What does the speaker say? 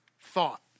thought